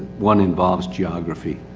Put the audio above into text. one involves geography,